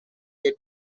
they